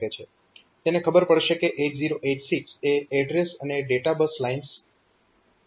તેને ખબર પડશે કે 8086 એ એડ્રેસ અને ડેટા બસ લાઇન્સ રીલીઝ કરી છે